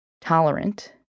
tolerant